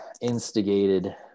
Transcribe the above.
instigated